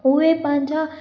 उहे पंहिंजा